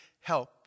help